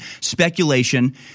speculation